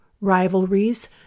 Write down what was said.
rivalries